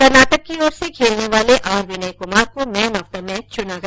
कर्नाटक की ओर से खेलने वाले आर विनय कुमार को मैन ऑफ द मैच चुना गया